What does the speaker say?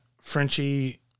Frenchie